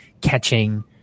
catching